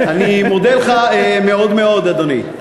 אני מודה לך מאוד מאוד, אדוני.